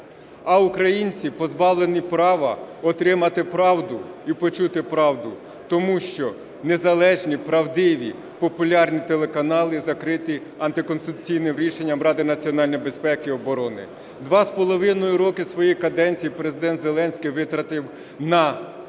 а українці позбавлені права отримати правду і почути правду, тому що незалежні правдиві популярні телеканали закриті антиконституційним рішенням Ради національної безпеки і оборони. Два з половиною роки своєї каденції Президент Зеленський витратив на